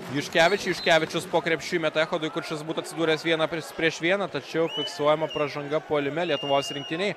juškevičiui juškevičius po krepšiu įmeta echodui kuršas būtų atsidūręs vieną prieš vieną tačiau fiksuojama pražanga puolime lietuvos rinktinei